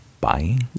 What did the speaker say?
buying